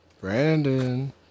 Brandon